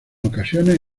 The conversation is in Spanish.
ocasiones